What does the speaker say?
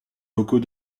locaux